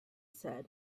said